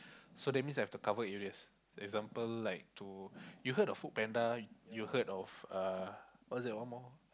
so that means I have to cover areas example like to you heard of Food-Panda you heard of uh what's that one more